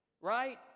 Right